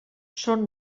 són